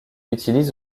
utilise